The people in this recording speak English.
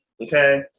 okay